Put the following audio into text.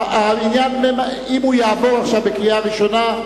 אם הוא יעבור עכשיו בקריאה ראשונה,